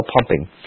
pumping